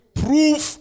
proof